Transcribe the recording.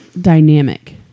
dynamic